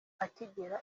akigera